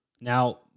now